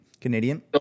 Canadian